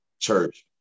church